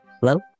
Hello